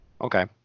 Okay